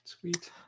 sweet